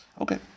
Okay